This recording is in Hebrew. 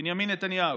בנימין נתניהו.